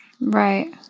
Right